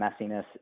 messiness